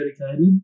dedicated